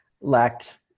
lacked